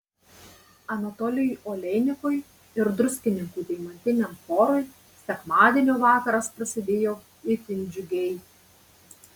anatolijui oleinikui ir druskininkų deimantiniam chorui sekmadienio vakaras prasidėjo itin džiugiai